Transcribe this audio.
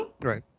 right